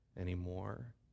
anymore